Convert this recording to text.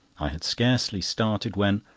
i had scarcely started when,